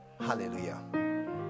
hallelujah